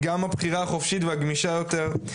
גם הבחירה החופשית והגמישה יותר.